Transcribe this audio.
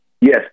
yes